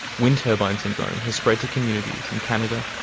wind turbine syndrome has spread to communities in canada,